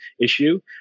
issue